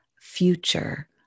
future